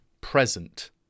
present